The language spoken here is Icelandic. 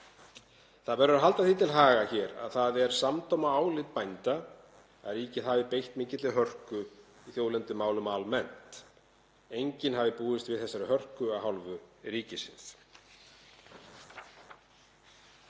Það verður að halda því til haga hér að það er samdóma álit bænda að ríkið hafi beitt mikilli hörku í þjóðlendumálunum almennt, enginn hafi búist við þessari hörku af hálfu ríkisins.